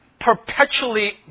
perpetually